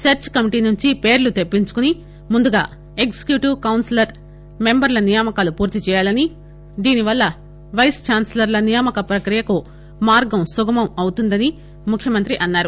search committee నుంచి పేర్లు తెప్పించుకొని ముందుగా ఎగ్లిక్యూటీవ్ కౌన్పిల్ మెంబర్ల నియామకాలు పూర్తి చేయాలనీ దీనివల్ల వైస్ ఛాస్పీ లర్ల నియామక ప్రక్రియకు మార్గం సుగమమౌతుందని ముఖ్యమంత్రి అన్నారు